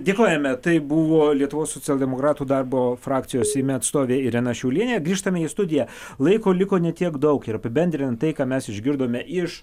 dėkojame tai buvo lietuvos socialdemokratų darbo frakcijos seime atstovė irena šiaulienė grįžtame į studiją laiko liko ne tiek daug ir apibendrint tai ką mes išgirdome iš